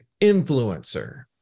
influencer